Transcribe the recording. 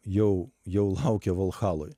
jau jau laukia valhaloj